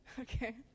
Okay